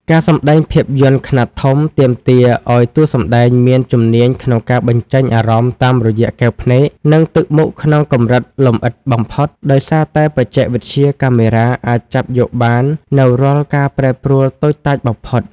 ការសម្ដែងភាពយន្តខ្នាតធំទាមទារឱ្យតួសម្ដែងមានជំនាញក្នុងការបញ្ចេញអារម្មណ៍តាមរយៈកែវភ្នែក និងទឹកមុខក្នុងកម្រិតលម្អិតបំផុត ដោយសារតែបច្ចេកវិទ្យាកាមេរ៉ាអាចចាប់យកបាននូវរាល់ការប្រែប្រួលតូចតាចបំផុត។